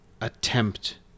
attempt